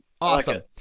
Awesome